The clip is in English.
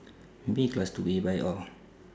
maybe class two A bike or